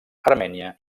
armènia